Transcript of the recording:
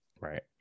Right